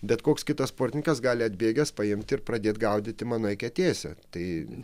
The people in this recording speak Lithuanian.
bet koks kitas sportininkas gali atbėgęs paimt ir pradėt gaudyti mano eketėse tai